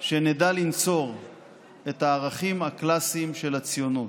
שנדע לנצור את הערכים הקלאסיים של הציונות: